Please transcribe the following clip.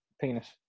penis